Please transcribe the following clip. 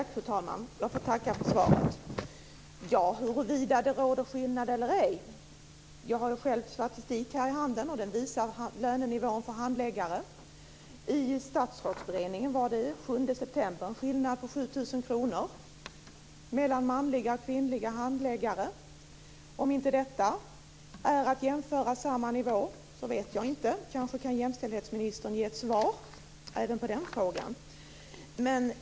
Fru talman! Jag får tacka för svaret. När det gäller huruvida det råder skillnad eller ej så har jag själv statistik här i handen. Den visar lönenivån för handläggare. I Statsrådsberedningen var det den 7 september en skillnad på 7 000 kr mellan manliga och kvinnliga handläggare. Om inte detta är att jämföra samma nivå så vet inte jag. Kanske kan jämställdhetsministern ge ett svar även på den frågan.